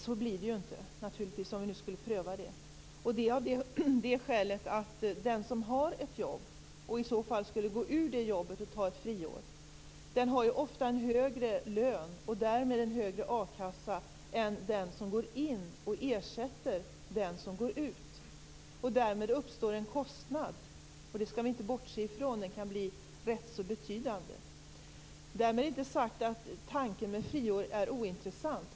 Så blir det naturligtvis inte, om vi nu skulle pröva det, av det skälet att den som har ett jobb och i så fall skulle gå ur det jobbet och ta ett friår ofta har en högre lön och därmed en högre a-kassa än den som går in och ersätter den som går ut. Därmed uppstår en kostnad, och det skall vi inte bortse från. Den kan bli rätt betydande. Därmed inte sagt att tanken med friår är ointressant.